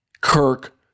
Kirk